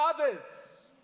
others